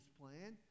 plan